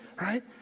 right